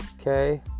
okay